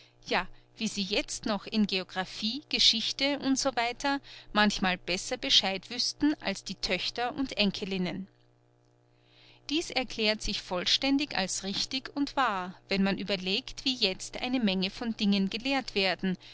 wie sie jetzt noch in geographie geschichte u s w manchmal besser bescheid wüßten als die töchter und enkelinnen dies erklärt sich vollständig als richtig und wahr wenn man überlegt wie jetzt eine menge von dingen gelehrt werden